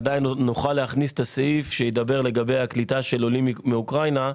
עדיין נוכל להכניס את הסעיף שידבר לגבי הקליטה של עולים מאוקראינה,